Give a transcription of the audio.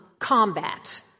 combat